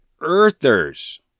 Earthers